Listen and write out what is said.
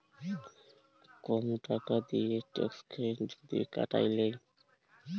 কম টাকা দিঁয়ে ট্যাক্সকে যদি কাটায় লেই